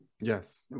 Yes